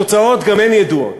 התוצאות גם הן ידועות: